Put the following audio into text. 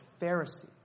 Pharisee